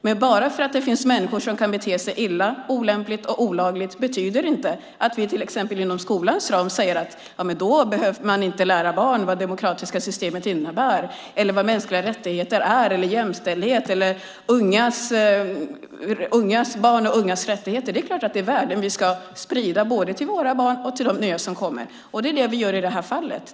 Men bara för att det finns människor som kan bete sig illa, olämpligt och olagligt betyder det inte att man till exempel inom skolans ram säger: Men då behöver vi inte lära barn vad det demokratiska systemet innebär eller vad mänskliga rättigheter, jämställdhet eller barns och ungas rättigheter innebär. Det är klart att det är värden som vi ska sprida både till våra barn och till de nya som kommer, och det är det vi gör i det här fallet.